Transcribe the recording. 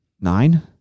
Nine